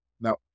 Now